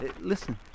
Listen